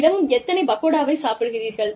தினமும் எத்தனை பக்கோடாவை சாப்பிடுகிறீர்கள்